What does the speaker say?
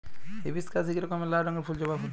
hibiscus ইক রকমের লাল রঙের ফুল জবা ফুল